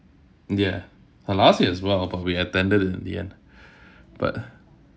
ya uh last year as well but we attended in the end but